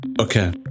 Okay